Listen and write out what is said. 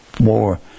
more